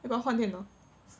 要不要换电脑